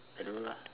I don't know lah